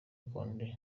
condé